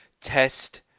test